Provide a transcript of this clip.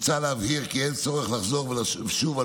מוצע להבהיר כי אין צורך לחזור ולשוב על